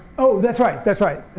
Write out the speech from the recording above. oh that's right. that's right.